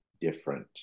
different